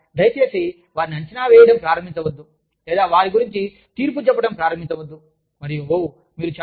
మీకు తెలుసా దయచేసి వారిని అంచనా వేయడం ప్రారంభించవద్దు లేదా వారి గురించి తీర్పు చెప్పడం ప్రారంభించవద్దు మరియు ఓహ్